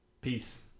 Peace